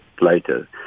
later